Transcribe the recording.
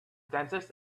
dentist